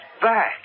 back